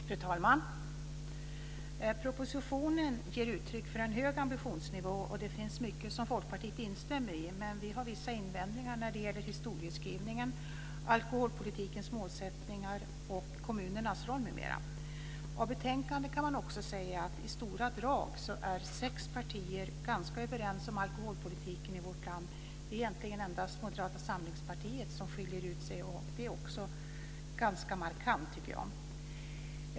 Fru talman! Propositionen ger uttryck för en hög ambitionsnivå, och det finns mycket som Folkpartiet instämmer i. Men vi har vissa invändningar när det gäller historieskrivningen, alkoholpolitikens målsättningar, kommunernas roll m.m. Utifrån betänkandet kan man också säga att i stora drag är sex partier ganska överens om alkoholpolitiken i vårt land. Det är egentligen endast Moderata samlingspartiet som skiljer ut sig, och det ganska markant, tycker jag.